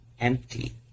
empty